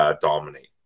dominate